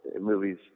movies